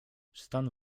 stan